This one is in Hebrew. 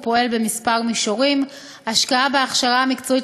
הוא פועל בכמה מישורים: ההשקעה בהכשרה מקצועית